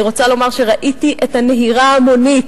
אני רוצה לומר שראיתי את הנהירה ההמונית